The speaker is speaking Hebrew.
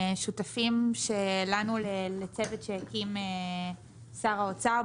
שותפים שלנו לצוות שהקים שר האוצר,